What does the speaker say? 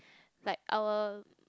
like our